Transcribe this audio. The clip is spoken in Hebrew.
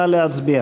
נא להצביע.